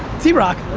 d rock,